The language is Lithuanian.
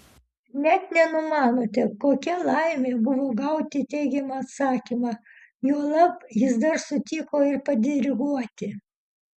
net nenumanote kokia laimė buvo gauti teigiamą atsakymą juolab jis dar sutiko ir padiriguoti